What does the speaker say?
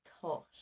taught